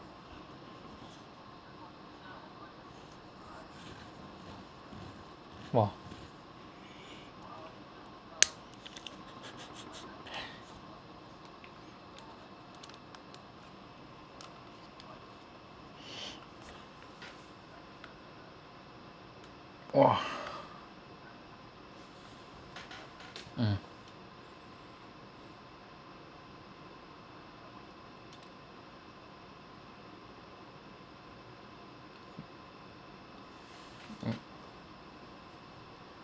!wah! !wah! mm mm